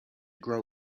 grow